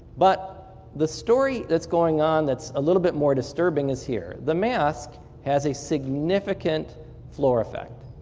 but the story that's going on that's a little bit more disturbing is here. the mask has a significant floor effect.